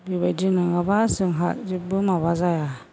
बेबायदि नङाबा जोंहा जेबो माबा जाया